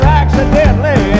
accidentally